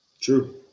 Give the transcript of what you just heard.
True